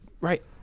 Right